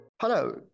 Hello